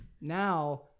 Now